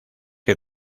que